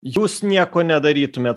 jūs nieko nedarytumėt